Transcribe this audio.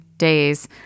days